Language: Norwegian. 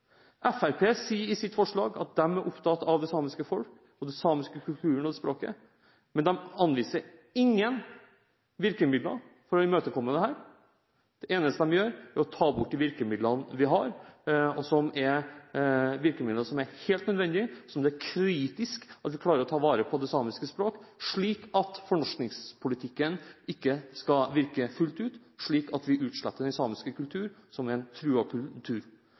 Fremskrittspartiet sier i sitt forslag at de er opptatt av det samiske folk og den samiske kulturen og språket. Men de anviser ingen virkemidler for å imøtekomme dette. Det eneste de gjør, er å ta bort de virkemidlene vi har, som er virkemidler som er helt nødvendige, og som er kritiske for å klare å ta vare på det samiske språk, for at fornorskningspolitikken ikke skal virke fullt ut, slik at vi utsletter den samiske kultur, som er en truet kultur.